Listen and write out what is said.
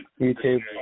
YouTube